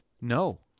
No